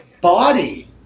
body